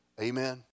Amen